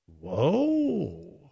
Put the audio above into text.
Whoa